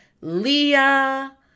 Leah